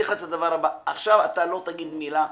עכשיו לא תגיד מילה.